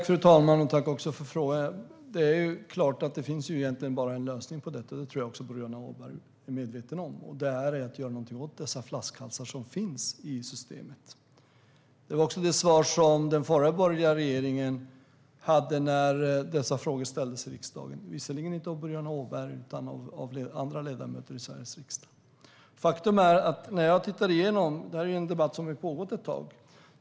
Fru talman! Tack, Boriana Åberg, för frågan! Det finns egentligen bara en lösning på detta, vilket jag tror att också Boriana Åberg är medveten om, och det är att göra någonting åt dessa flaskhalsar som finns i systemet. Det var också det svar som den förra borgerliga regeringen gav när dessa frågor ställdes i riksdagen, visserligen inte av Boriana Åberg utan av en del andra ledamöter i Sveriges riksdag. Det här är ju en debatt som har pågått ett tag.